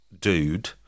dude